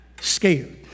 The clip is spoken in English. scared